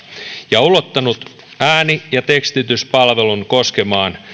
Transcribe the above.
ja ulottanut ääni ja tekstityspalvelun koskemaan